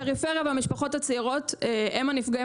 הפריפריה והמשפחות הצעירות הם הנפגעים